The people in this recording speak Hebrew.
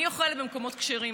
אני אוכלת במקומות כשרים,